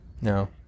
No